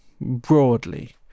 broadly